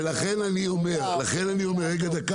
לכן אני אומר --- אני רוצה שיהיה לו זמן להשיב.